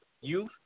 youth